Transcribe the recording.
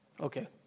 Okay